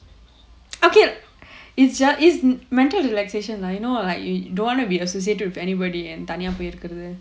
okay is just is mental relaxation like you know like you don't wanna be associated with anybody and தனியா போய் இருக்குறது:thaniyaa poi irukkurathu